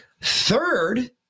Third